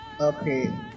Okay